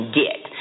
get